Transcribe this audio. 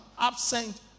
absent